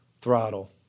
throttle